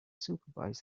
supervise